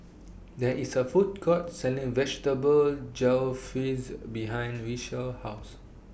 There IS A Food Court Selling Vegetable Jalfrezi behind Richelle's House